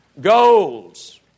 Goals